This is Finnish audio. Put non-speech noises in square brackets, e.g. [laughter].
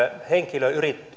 henkilöyritykset [unintelligible]